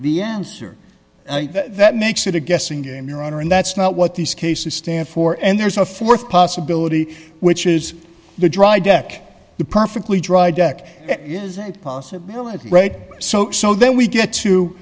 the answer that makes it a guessing game your honor and that's not what these cases stand for and there's a th possibility which is the dry deck the perfectly dry deck is a possibility so so then we get to